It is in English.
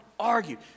argued